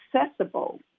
accessible